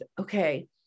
okay